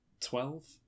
twelve